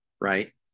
right